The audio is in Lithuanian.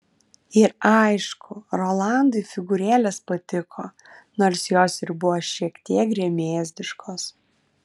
ir aišku rolandui figūrėlės patiko nors jos ir buvo šiek tiek gremėzdiškos